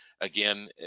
again